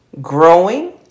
growing